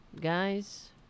Guys